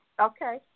Okay